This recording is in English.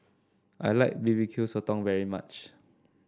I like B B Q Sotong very much